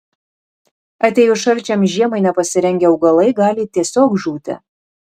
atėjus šalčiams žiemai nepasirengę augalai gali tiesiog žūti